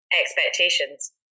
expectations